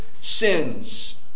sins